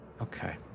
Okay